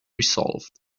resolved